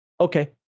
okay